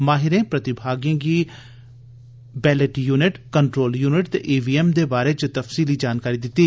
माहिरें प्रतिभागिएं गी बैलेट युनिट कन्ट्रोल युनिट ते ईवीएम दे बारै च तफ्सीली जानकारी दित्ती